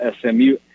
SMU